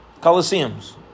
Coliseums